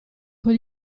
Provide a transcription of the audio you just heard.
con